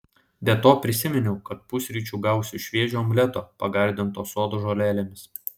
be to prisiminiau kad pusryčių gausiu šviežio omleto pagardinto sodo žolelėmis